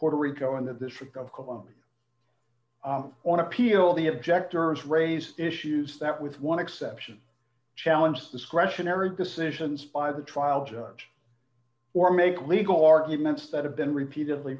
puerto rico and of the trick of columbia on appeal the objectors raise issues that with one exception challenge discretionary decisions by the trial judge or make legal d arguments that have been repeatedly